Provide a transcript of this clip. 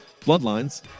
Bloodlines